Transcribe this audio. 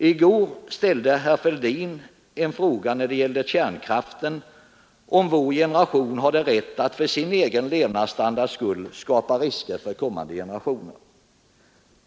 I går ställde herr Fälldin när det gällde kärnkraften frågan om vår generation hade rätt att för sin egen levnadsstandards skull skapa risker för kommande generationer.